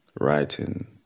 writing